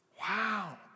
Wow